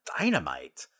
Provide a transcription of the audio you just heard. Dynamite